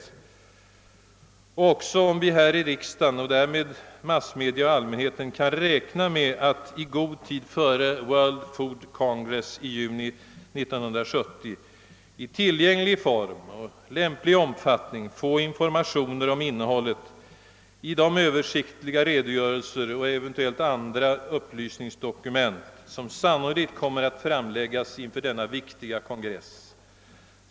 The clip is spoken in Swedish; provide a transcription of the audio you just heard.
Jag skulle också vilja fråga om vi här i riksdagen — och därmed massmedia och allmänheten — kan räkna med att i god tid före World Food Congress i juni 1970 i lättillgänglig form och lämplig omfattning få informationer om innehållet i de översiktliga redogörelser och eventuella andra upplysningsdokument, som sannolikt kommer att framläggas inför denna viktiga kongress.